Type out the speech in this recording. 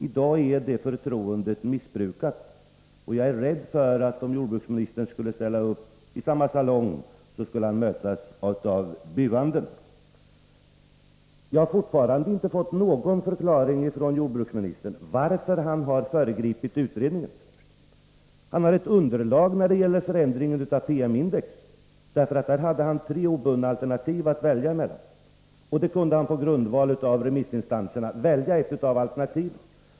I dag är det förtroendet missbrukat, och jag är rädd för att om jordbruksministern nu skulle ställa upp i samma salong så skulle han mötas av buanden. Jag har fortfarande inte fått någon förklaring från jordbruksministern, varför han har föregripit utredningen. Han har ett underlag när det gäller förändringen av PM-index. Där hade han tre obundna alternativ att välja mellan. Då kunde han på grundval av remissinstansernas yttranden välja ett av alternativen.